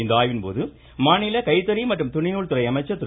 இந்த ஆய்வின்போது மாநில கைத்தறி மற்றும் துணி நூல் துறை அமைச்சர் திரு